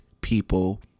people